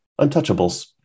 Untouchables